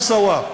מוסאוא.